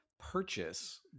purchase